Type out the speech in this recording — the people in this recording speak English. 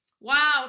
Wow